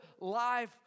life